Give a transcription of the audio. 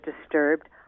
disturbed